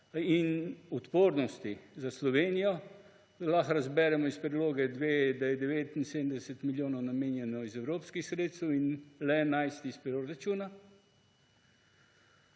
in odpornost za Slovenijo lahko razberemo iz Priloge 2, da je 79 milijonov namenjeno iz evropskih sredstev in le 11 milijonov